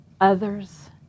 others